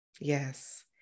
Yes